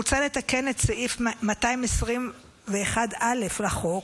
מוצע לתקן את סעיף 221(א) לחוק